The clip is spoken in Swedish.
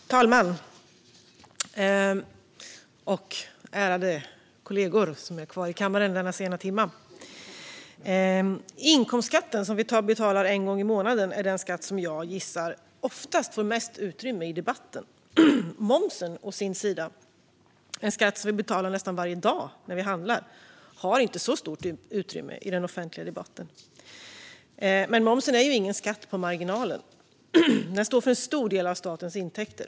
Fru talman och ärade kollegor som är kvar i kammaren denna sena timme! Inkomstskatten som vi betalar en gång i månaden är den skatt som, gissar jag, får mest utrymme i debatten. Momsen å sin sida är en skatt som vi betalar nästan varje dag när vi handlar, men den har inte särskilt stort utrymme i den offentliga debatten. Momsen är dock ingen skatt på marginalen. Den står för en stor del av statens intäkter.